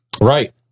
Right